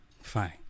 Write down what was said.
Fine